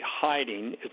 hiding